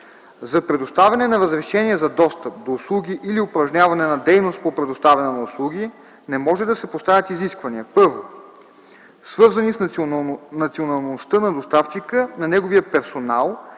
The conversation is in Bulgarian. За предоставяне на разрешение за достъп до услуги или упражняване на дейност по предоставяне на услуги не може да се поставят изисквания: 1. свързани с националността на доставчика, на неговия персонал,